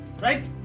Right